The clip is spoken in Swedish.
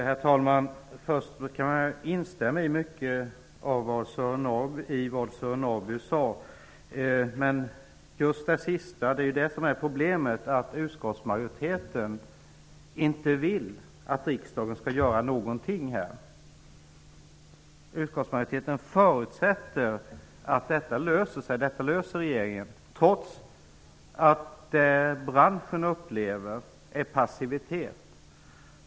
Herr talman! Jag kan instämma i mycket av det Sören Norrby sade. Problemet är just det sista han nämnde: utskottsmajoriteten vill inte att riksdagen skall göra någonting. Utskottsmajoriteten förutsätter att regeringen löser frågan, trots att det branschen upplever är passivitet.